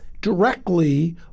directly